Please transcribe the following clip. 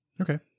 Okay